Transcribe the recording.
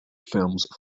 films